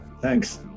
Thanks